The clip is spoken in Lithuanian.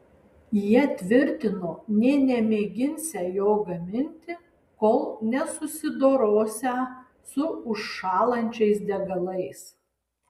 jie tvirtino nė nemėginsią jo gaminti kol nesusidorosią su užšąlančiais degalais